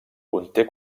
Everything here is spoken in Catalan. conté